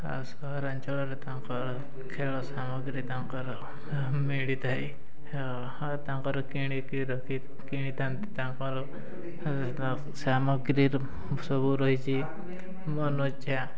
ଆଉ ସହରାଞ୍ଚଳରେ ତାଙ୍କର ଖେଳ ସାମଗ୍ରୀ ତାଙ୍କର ମିଳିଥାଏ ତାଙ୍କର କିଣିକି ରଖି କିଣିଥାନ୍ତି ତାଙ୍କର ସାମଗ୍ରୀ ସବୁ ରହିଛି ମନଇଚ୍ଛା